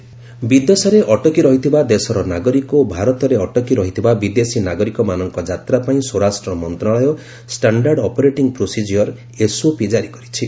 home ministry SOP ବିଦେଶରେ ଅଟକି ରହିଥିବା ଦେଶର ନାଗରିକ ଓ ଭାରତରେ ଅଟକି ରହିଥିବା ବିଦେଶୀ ନାଗରିକମାନଙ୍କ ଯାତ୍ରା ପାଇଁ ସ୍ୱରାଷ୍ଟ୍ର ମନ୍ତ୍ରଣାଳୟ ଷ୍ଟାଣ୍ଡାର୍ଡ ଅପରେଟିଙ୍ଗ ପ୍ରୋସେଜିଓର ଏସ୍ଓପି କାରି କରିଛି